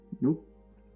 Nope